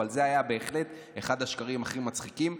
אבל זה היה בהחלט אחד השקרים הכי מצחיקים.